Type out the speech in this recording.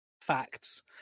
facts